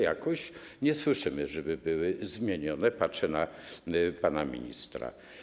Jakoś nie słyszymy, żeby były zmienione, patrzę na pana ministra.